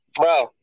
Bro